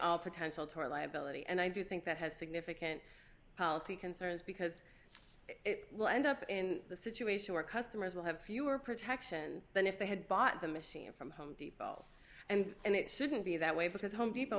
all potential toward liability and i do think that has significant policy concerns because it will end up in the situation where customers will have fewer protections than if they had bought the machine from home depot and it shouldn't be that way because home depot